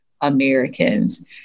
Americans